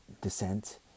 descent